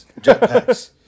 Jetpacks